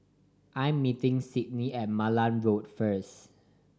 I'm meeting Sydni at Malan Road first